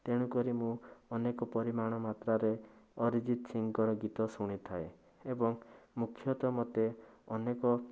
ତେଣୁକରି ମୁଁ ଅନେକ ପରିମାଣ ମାତ୍ରାରେ ଅରିଜିତ୍ ସିଂଙ୍କର ଗୀତ ଶୁଣିଥାଏ ଏବଂ ମୁଖ୍ୟତଃ ମୋତେ ଅନେକ